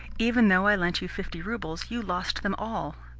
even though i lent you fifty roubles, you lost them all.